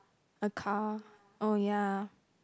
a car oh ya